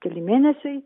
keli mėnesiai